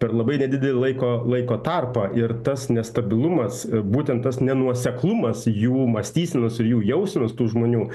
per labai nedidelį laiko laiko tarpą ir tas nestabilumas būtent tas nenuoseklumas jų mąstysenos ir jų jausenos tų žmonių